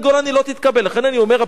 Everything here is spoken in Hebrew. לכן אני אומר, הפתרון צריך להיות